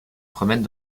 promène